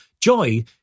Joy